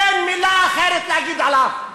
אין מילה אחרת להגיד עליו.